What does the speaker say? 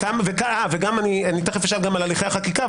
תיכף אני אשאל גם על הליכי החקיקה,